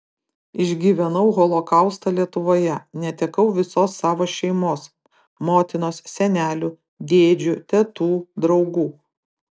išgyvenau holokaustą lietuvoje netekau visos savo šeimos motinos senelių dėdžių tetų draugų